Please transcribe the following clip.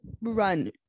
run